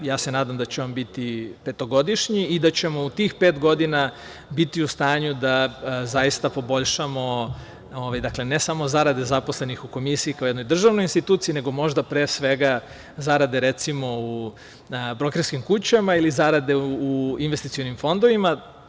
Ja se nadam da će on biti petogodišnji i da ćemo u tih pet godina biti u stanju da zaista poboljšamo ne samo zarade zaposlenih u Komisiji kao jednoj državnoj instituciji, nego možda, pre svega, zarade, recimo, u brokerskim kućama ili zarade u investicionim fondovima.